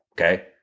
okay